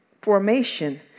formation